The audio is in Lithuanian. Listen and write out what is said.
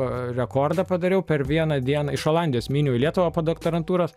rekordą padariau per vieną dieną iš olandijos myniau į lietuvą po doktorantūros